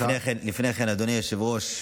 לפני כן, אדוני היושב-ראש,